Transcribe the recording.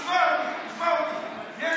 תשמע אותי,